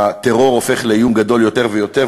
הטרור הופך לאיום גדול יותר ויותר,